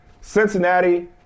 Cincinnati